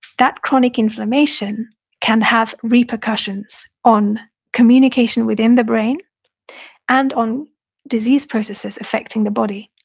that chronic inflammation can have repercussions on communication within the brain and on disease processes affecting the body.